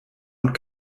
und